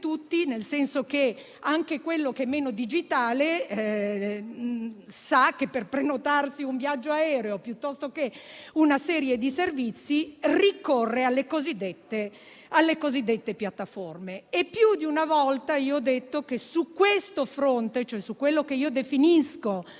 tutti che anche chi è meno digitale per prenotare un viaggio aereo o una serie di servizi ricorre alle cosiddette piattaforme. Più di una volta ho detto che su questo fronte, cioè su quello che definisco